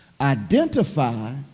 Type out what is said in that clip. Identify